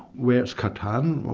where is catan?